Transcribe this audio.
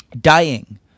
dying